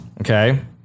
okay